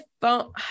phone